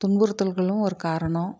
துன்புறுத்தல்களும் ஒரு காரணம்